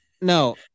No